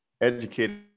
educated